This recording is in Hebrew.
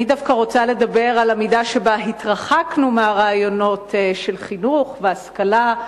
אני דווקא רוצה לדבר על המידה שבה התרחקנו מהרעיונות של חינוך והשכלה,